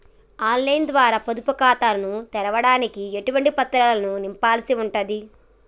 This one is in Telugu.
ఆన్ లైన్ ద్వారా పొదుపు ఖాతాను తెరవడానికి ఎటువంటి పత్రాలను నింపాల్సి ఉంటది?